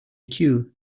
queue